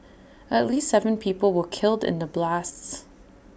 at least Seven people were killed in the blasts